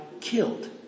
killed